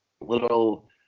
little